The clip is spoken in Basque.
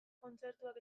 kontzertuak